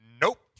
nope